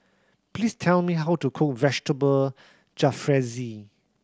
please tell me how to cook Vegetable Jalfrezi